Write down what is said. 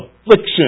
affliction